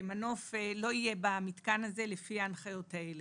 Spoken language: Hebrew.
ומנוף לא יהיה במתקן הזה לפי ההנחיות האלה.